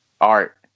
art